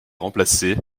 remplacée